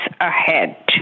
ahead